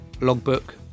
logbook